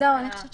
שעניינו